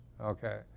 Okay